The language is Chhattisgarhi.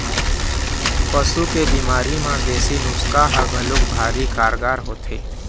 पशु के बिमारी म देसी नुक्सा ह घलोक भारी कारगार होथे